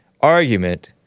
argument